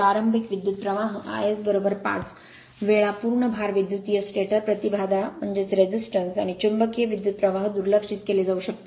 प्रारंभिक विद्युत प्रवाह iS5 वेळा पूर्ण भार विद्युतीय स्टेटर प्रतिबाधा आणि चुंबकीय विद्युत प्रवाह दुर्लक्षित केले जाऊ शकते